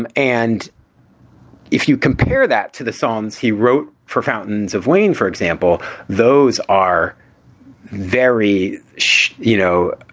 um and if you compare that to the songs he wrote for fountains of wayne, for example, those are very short. you know,